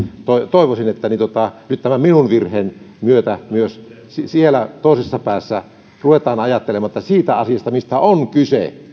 toivoisin että nyt tämän minun virheeni myötä myös siellä toisessa päässä ruvetaan ajattelemaan että keskusteltaisiin siitä asiasta mistä on kyse